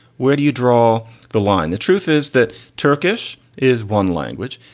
where do you draw the line? the truth is that turkish is one language.